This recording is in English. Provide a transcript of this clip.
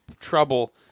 trouble